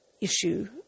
issue